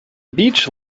beach